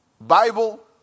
Bible